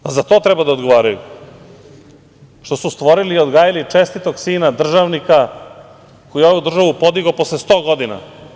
Za to treba da odgovaraju, što su stvorili i odgajili čestitog sina, državnika koji je ovu državu podigao posle 100 godina?